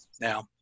now